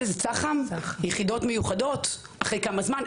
צח"ם אחרי כמה זמן?